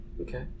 Okay